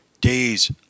days